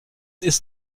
ist